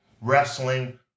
Wrestling